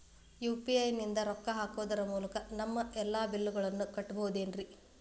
UPI ನಿಂದ ರೊಕ್ಕ ಹಾಕೋದರ ಮೂಲಕ ನಮ್ಮ ಎಲ್ಲ ಬಿಲ್ಲುಗಳನ್ನ ಕಟ್ಟಬಹುದೇನ್ರಿ?